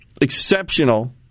exceptional